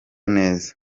neza